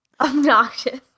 obnoxious